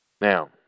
Now